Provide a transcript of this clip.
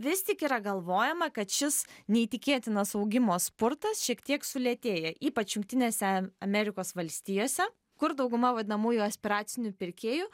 vis tik yra galvojama kad šis neįtikėtinas augimo spurtas šiek tiek sulėtėja ypač jungtinėse amerikos valstijose kur dauguma vadinamųjų aspiracinių pirkėjų